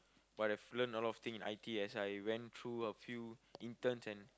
but I've learnt a lot of thing in I_T_E as I went through a few interns and